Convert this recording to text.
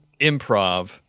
improv